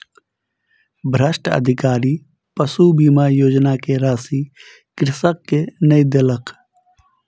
भ्रष्ट अधिकारी पशु बीमा योजना के राशि कृषक के नै देलक